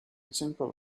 simple